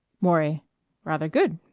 maury rather good.